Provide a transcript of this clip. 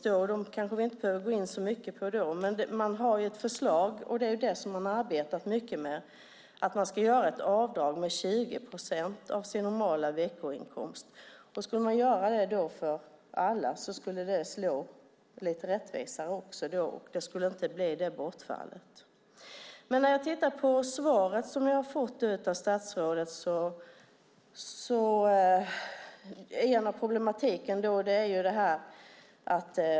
Dem behöver vi kanske inte gå in så mycket på då, men man har ju ett förslag som man har arbetat mycket med, nämligen att man ska göra ett avdrag med 20 procent av sin normala veckoinkomst. Skulle man göra det för alla skulle det slå lite rättvisare också, och det skulle inte bli detta bortfall. Jag tittar på svaret som jag har fått av statsrådet.